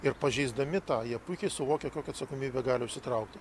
ir pažeisdami tą jie puikiai suvokia kokią atsakomybę gali užsitraukti